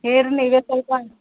ಏನರೆ ನೀವೇ ಸ್ವಲ್ಪ